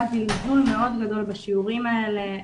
היה זלזול מאוד גדול בשיעורים האלה,